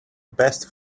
best